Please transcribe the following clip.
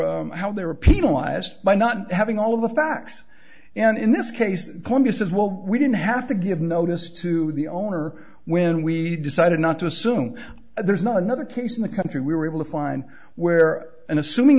how they were penalized by not having all of the facts and in this case congress is well we didn't have to give notice to the owner when we decided not to assume there's not another case in the country we were able to find where and assuming